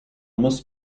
muss